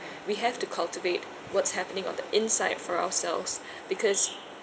we have to cultivate what's happening on the inside for ourselves because